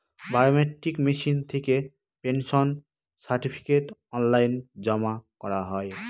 biometric machine থেকে pension certificate online জমা করা হয়